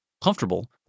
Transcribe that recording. comfortable